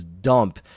dump